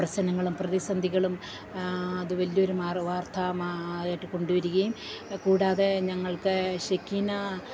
പ്രശ്നങ്ങളും പ്രതിസന്ധികളും അത് വലിയ ഒരു മാർ വാർത്ത മായിട്ട് കൊണ്ടുവരികയും കൂടാതെ ഞങ്ങൾക്ക് ശെക്കീന